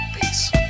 Peace